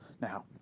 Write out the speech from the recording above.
Now